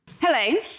Hello